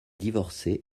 divorcé